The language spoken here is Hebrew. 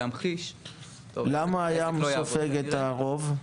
למה הים סופג את הרוב?